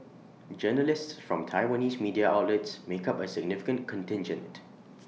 journalists from Taiwanese media outlets make up A significant contingent